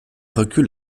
recule